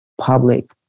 public